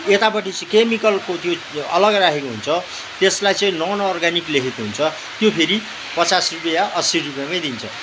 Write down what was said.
यतापट्टि चाहिँ केमिकलको त्यो अलगै राखेको हुन्छ त्यसलाई चाहिँ नन अर्ग्यानिक लेखेको हुन्छ त्यो फेरि पचास रुपियाँ अस्सी रुपियाँमै दिन्छ